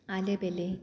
आले बेले